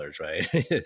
right